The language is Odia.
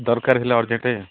ଦରକାର ଥିଲା ଅର୍ଜେଣ୍ଟ